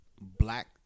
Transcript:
black